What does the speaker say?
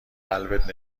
قلبت